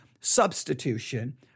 substitution